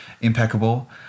impeccable